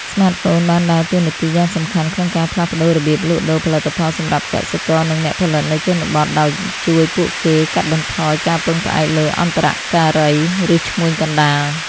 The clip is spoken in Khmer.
ស្មាតហ្វូនបានដើរតួនាទីយ៉ាងសំខាន់ក្នុងការផ្លាស់ប្ដូររបៀបលក់ដូរផលិតផលសម្រាប់កសិករ និងអ្នកផលិតនៅជនបទ ដោយជួយពួកគេ កាត់បន្ថយការពឹងផ្អែកលើអន្តរការី ឬឈ្មួញកណ្ដាល។